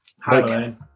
Hi